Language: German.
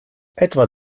etwa